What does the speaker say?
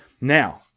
Now